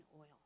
oil